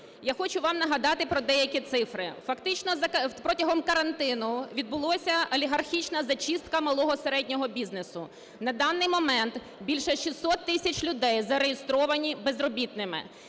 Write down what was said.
Я хочу вам нагадати про деякі цифри. Фактично протягом карантину відбулася олігархічна зачистка малого і середнього бізнесу. На даний момент більше 600 тисяч людей зареєстровані безробітними.